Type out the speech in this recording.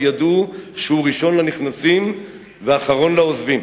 ידעו שהוא ראשון לנכנסים ואחרון לעוזבים.